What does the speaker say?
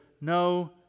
No